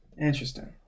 Interesting